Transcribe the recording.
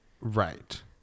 Right